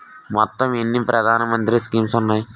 మొత్తం ఎన్ని ప్రధాన మంత్రి స్కీమ్స్ ఉన్నాయి?